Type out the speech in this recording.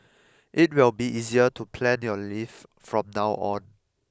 it will be easier to plan your leave from now on